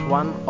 one